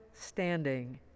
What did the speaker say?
standing